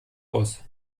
aus